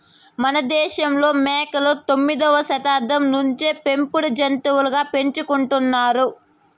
మనదేశంలో మేకలు తొమ్మిదవ శతాబ్దం నుంచే పెంపుడు జంతులుగా పెంచుకుంటున్నారు